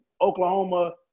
Oklahoma